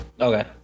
Okay